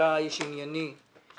שמה